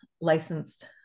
licensed